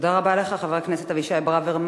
תודה רבה לך, חבר הכנסת אבישי ברוורמן.